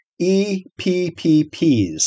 EPPPs